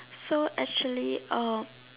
so actually um